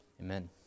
Amen